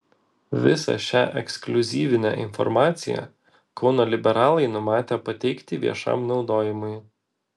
visą šią ekskliuzyvinę informaciją kauno liberalai numatę pateikti viešam naudojimui